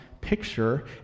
picture